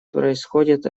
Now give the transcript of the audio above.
происходит